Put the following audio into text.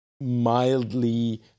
mildly